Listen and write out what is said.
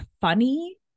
funny